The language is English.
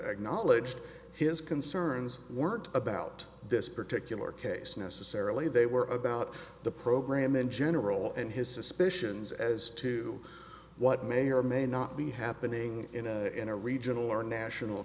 acknowledged his concerns weren't about this particular case necessarily they were about the program in general and his suspicions as to what may or may not be happening in a in a regional or national